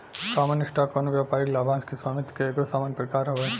common stock कवनो व्यापारिक लाभांश के स्वामित्व के एगो सामान्य प्रकार हवे